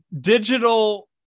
digital